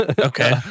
Okay